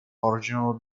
original